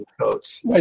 coach